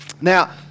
Now